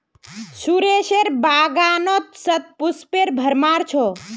सुरेशेर बागानत शतपुष्पेर भरमार छ